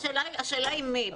השאלה היא מי.